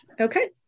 Okay